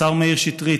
השר מאיר שטרית: